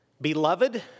Beloved